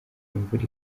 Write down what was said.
imvura